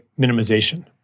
minimization